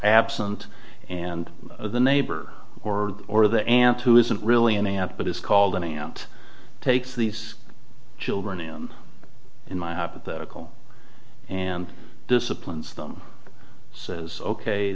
absent and the neighbor or or the aunt who isn't really an aunt but is called an aunt takes these children and in my hypothetical and disciplines them says ok